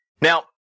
Now